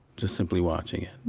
just simply watching it